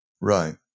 Right